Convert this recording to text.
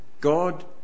God